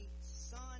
Son